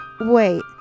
Wait